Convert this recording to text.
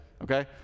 okay